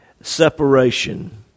Separation